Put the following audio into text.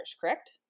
correct